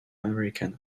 american